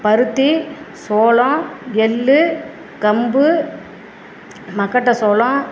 பருத்தி சோளம் எள்ளு கம்பு மக்கட்ட சோளம்